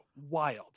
Wild